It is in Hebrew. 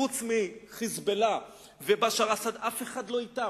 חוץ מ"חיזבאללה" ובשאר אסד אף אחד לא אתם.